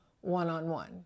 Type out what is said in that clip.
one-on-one